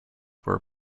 were